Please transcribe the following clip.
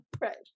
Right